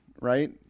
right